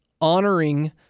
honoring